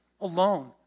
alone